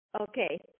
okay